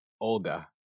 Olga